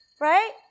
right